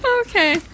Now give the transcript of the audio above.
Okay